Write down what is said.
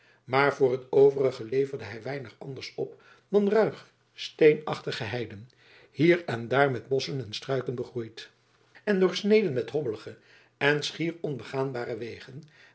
maar voor t overige leverde hij weinig anders op dan ruige steenachtige heiden hier en daar met bosschen en struiken begroeid en doorsneden met hobbelige en schier ongebaande wegen